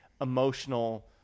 emotional